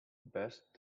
best